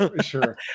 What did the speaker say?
Sure